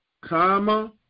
comma